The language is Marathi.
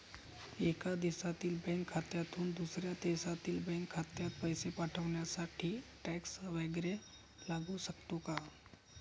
एका देशातील बँक खात्यातून दुसऱ्या देशातील बँक खात्यात पैसे पाठवण्यासाठी टॅक्स वैगरे लागू शकतो का?